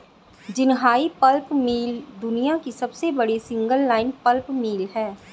Jinhai pulp mill दुनिया की सबसे बड़ी सिंगल लाइन पल्प मिल है